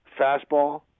Fastball